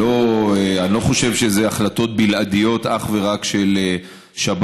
אני לא חושב שזה החלטות בלעדיות אך ורק של שב"ס.